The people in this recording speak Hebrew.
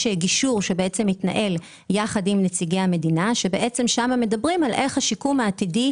יש גישור שמתנהל יחד עם נציגי המדינה ושם מדברים על איך השיקום העתידי,